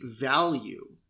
value